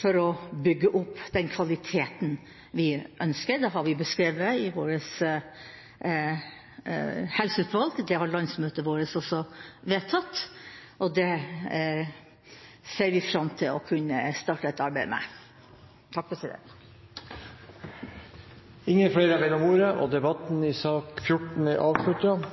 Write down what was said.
for å bygge opp den kvaliteten vi ønsker. Det er beskrevet av vårt helseutvalg, det har landsmøtet vårt også vedtatt, og det ser vi fram til å kunne starte et arbeid med. Flere har ikke bedt om ordet til sak nr. 14. Ingen har bedt om ordet. Etter ønske fra helse- og omsorgskomiteen vil presidenten foreslå at taletiden